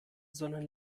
sondern